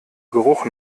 geruch